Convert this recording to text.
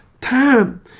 time